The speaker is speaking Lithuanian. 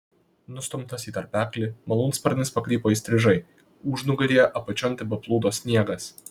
nustumtas į tarpeklį malūnsparnis pakrypo įstrižai užnugaryje apačion tebeplūdo sniegas